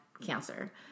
cancer